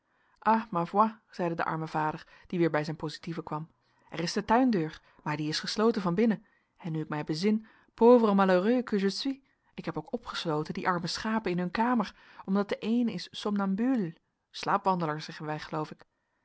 ma foi zeide de arme vader die weer bij zijn positieven kwam er is de tuindeur maar die is gesloten van binnen en nu ik mij bezin pauvre malheureux que je suis ik heb ook opgesloten die arme schapen in hun kamer omdat de eene is somnambule slaapwandelaar zeggen wij geloof ik